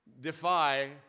defy